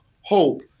hope